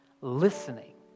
listening